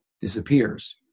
disappears